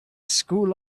school